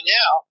now